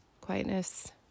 quietness